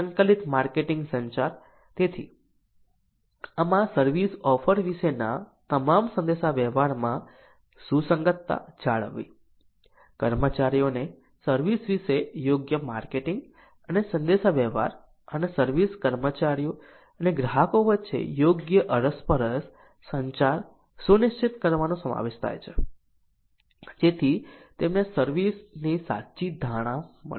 સંકલિત માર્કેટિંગ સંચાર તેથી આમાં સર્વિસ ઓફર વિશેના તમામ સંદેશાવ્યવહારમાં સુસંગતતા જાળવવી કર્મચારીઓને સર્વિસ વિશે યોગ્ય માર્કેટિંગ અને સંદેશાવ્યવહાર અને સર્વિસ કર્મચારીઓ અને ગ્રાહકો વચ્ચે યોગ્ય અરસપરસ સંચાર સુનિશ્ચિત કરવાનો સમાવેશ થાય છે જેથી તેમને સર્વિસ ની સાચી ધારણા મળે